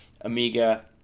Amiga